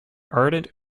ardent